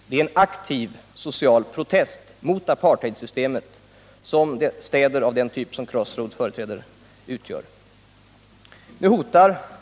Den typ av städer som Crossroads företräder utgör en aktiv social protest mot apartheidsystemet.